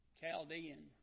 Chaldean